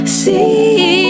see